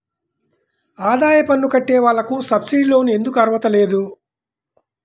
ఆదాయ పన్ను కట్టే వాళ్లకు సబ్సిడీ లోన్ ఎందుకు అర్హత లేదు?